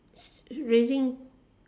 raising